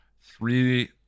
three